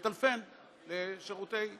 לטלפן לשירותי החירום,